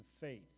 faith